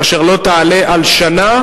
ואשר לא תעלה על שנה,